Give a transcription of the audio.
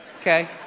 Okay